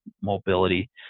mobility